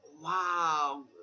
Wow